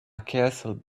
castle